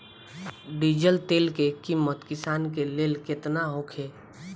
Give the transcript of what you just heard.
Diesel तेल के किमत किसान के लेल केतना होखे?